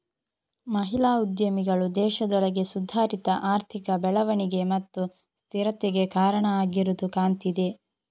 ಮಹಿಳಾ ಉದ್ಯಮಿಗಳು ದೇಶದೊಳಗೆ ಸುಧಾರಿತ ಆರ್ಥಿಕ ಬೆಳವಣಿಗೆ ಮತ್ತು ಸ್ಥಿರತೆಗೆ ಕಾರಣ ಆಗಿರುದು ಕಾಣ್ತಿದೆ